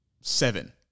seven